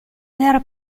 terra